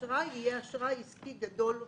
האשראי יהיה אשראי עסקי גדול ומסחרי.